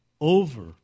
over